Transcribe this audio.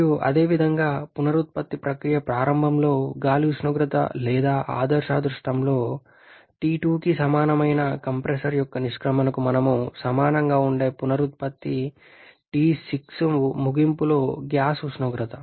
మరియు అదే విధంగా పునరుత్పత్తి ప్రక్రియ ప్రారంభంలో గాలి ఉష్ణోగ్రత లేదా ఆదర్శ దృష్టాంతంలో T2 కి సమానమైన కంప్రెసర్ యొక్క నిష్క్రమణకు సమానంగా ఉండే పునరుత్పత్తి T6 ముగింపులో గ్యాస్ ఉష్ణోగ్రత